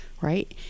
Right